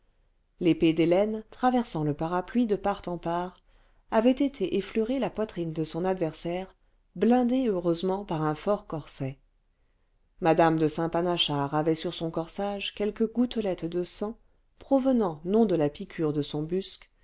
l'épée d'hélène traversant le parapluie de part en part avait été effleurer la poitrine de son adversaire blindée heureusement par un fort corset m e de saintpanachard avait sur son corsage quelques gouttelettes de sang provenant non de la piqûre de son buse